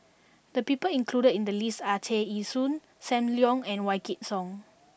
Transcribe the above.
the people included in the list are Tear Ee Soon Sam Leong and Wykidd Song